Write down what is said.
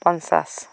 পঞ্চাছ